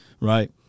right